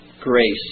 grace